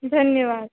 धन्यवादः